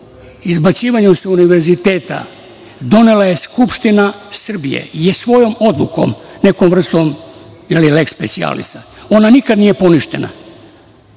izbacivanju sa Univerziteta, donela je Skupština Srbije i svojom odlukom, nekom vrstom lex specialis ona nikada nije poništena,